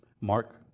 Mark